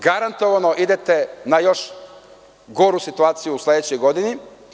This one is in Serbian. Garantovano idete na još goru situaciju u sledećoj godini.